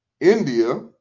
India